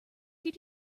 did